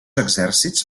exèrcits